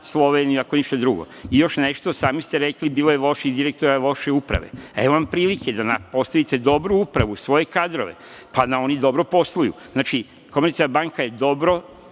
Sloveniju, ako ništa drugo. Još nešto, sami ste rekli, bilo je loših direktora, loše uprave. Evo vam prilike da postavite dobru upravu, svoje kadrove, pa da oni dobro posluju. Znači „Komercijalna banka“ je dobro